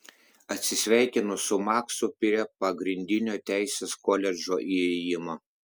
atsisveikinu su maksu prie pagrindinio teisės koledžo įėjimo